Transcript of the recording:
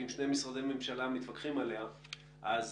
אם שני משרדי ממשלה מתווכחים עליה אז